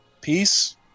Peace